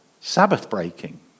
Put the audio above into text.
Sabbath-breaking